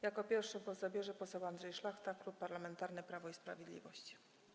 Jako pierwszy głos zabierze poseł Andrzej Szlachta, Klub Parlamentarny Prawo i Sprawiedliwość.